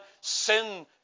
sin